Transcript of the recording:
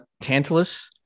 Tantalus